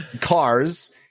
cars